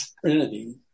Trinity